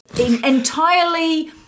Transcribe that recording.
Entirely